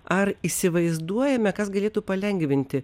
ar įsivaizduojame kas galėtų palengvinti